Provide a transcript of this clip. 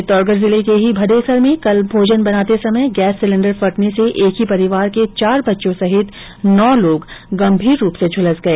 चित्तौड़गढ़ जिले के ही भदेसर में कल भोजन बनाते समय गैस सिलेंडर फटने से एक ही परिवार के चार बच्चों सहित नौ लोग गंभीर रुप से झुलस गए